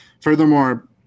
Furthermore